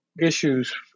issues